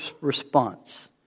response